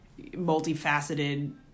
multifaceted